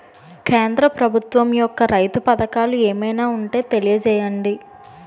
కేంద్ర ప్రభుత్వం యెక్క రైతు పథకాలు ఏమైనా ఉంటే తెలియజేయండి?